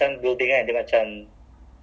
then then after that